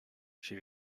she